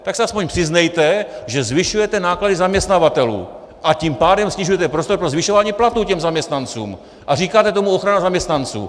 Tak se aspoň přiznejte, že zvyšujete náklady zaměstnavatelů, a tím pádem snižujete prostor pro zvyšování platů těm zaměstnancům a říkáte tomu ochrana zaměstnanců.